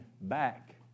back